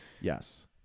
Yes